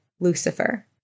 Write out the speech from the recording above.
Lucifer